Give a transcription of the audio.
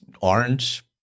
orange